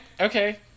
Okay